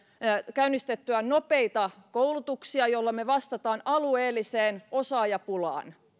käynnistettyä nopeita koulutuksia joilla me vastaamme alueelliseen osaajapulaan